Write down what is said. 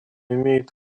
имеет